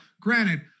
granted